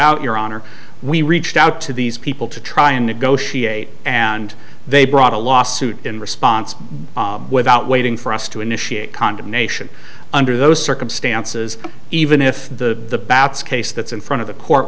out your honor we reached out to these people to try and negotiate and they brought a lawsuit in response without waiting for as to initiate condemnation under those circumstances even if the case that's in front of the court